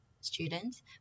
students